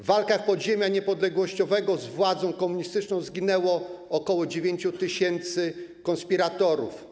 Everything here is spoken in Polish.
W walkach podziemia niepodległościowego z władzą komunistyczną zginęło ok. 9 tys. konspiratorów.